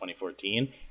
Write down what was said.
2014